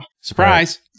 Surprise